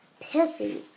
pissy